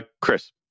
Chris